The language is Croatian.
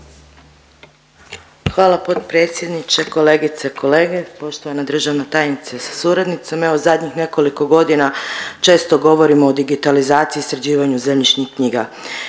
Hvala potpredsjedniče, kolegice, kolege, poštovana državna tajnice sa suradnicom, evo zadnjih nekoliko godina često govorimo o digitalizaciji i sređivanju zemljišnih knjiga.